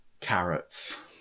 carrots